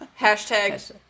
hashtag